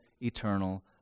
eternal